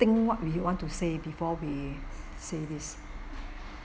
think what we want to say before we say this